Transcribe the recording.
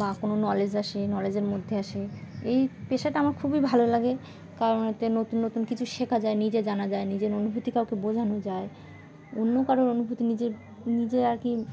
বা কোনো নলেজ আসে নলেজের মধ্যে আসে এই পেশাটা আমার খুবই ভালো লাগে কারণ এতে নতুন নতুন কিছু শেখা যায় নিজে জানা যায় নিজের অনুভূতি কাউকে বোঝানো যায় অন্য কারোর অনুভূতি নিজের নিজে আর কি